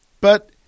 but-